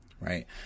Right